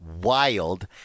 wild